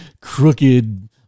crooked